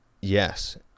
Yes